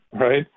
Right